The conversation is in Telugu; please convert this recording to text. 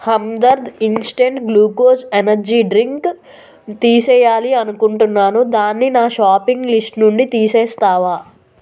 Hamdard instant glucose energy drink తీసేయాలి అనుకుంటున్నాను దాన్ని నా షాపింగ్ లిస్టు నుండి తీసేస్తావా